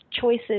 choices